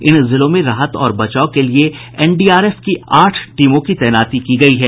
इन जिलों में राहत और बचाव के लिए एनडीआरएफ की आठ टीमों की तैनाती की गयी है